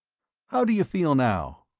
how do you feel now?